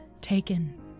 Taken